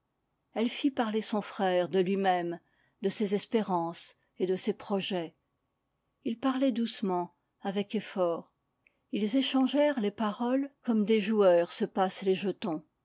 elle fit parler son frère de lui-même de ses espérances et de ses projets il parlait doucement avec effort ils échangèrent les paroles comme des joueurs se passent les jetons